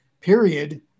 period